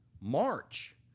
March